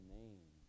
name